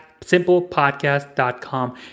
simplepodcast.com